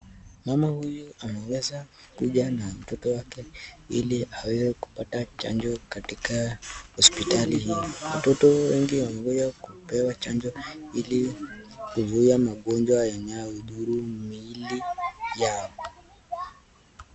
Mama huyu ameweza kuja na mtoto wake ili aweze kupata chanjo katika hospitali hii watoto wengi wamekuja Kupewa chanjo ili kuzuia magonjwa yanayo dhuru miili yao.